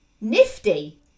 nifty